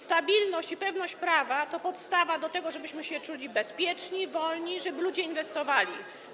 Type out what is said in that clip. Stabilność i pewność prawa to podstawa do tego, żebyśmy czuli się bezpieczni, wolni, żeby ludzie inwestowali.